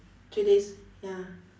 three days ya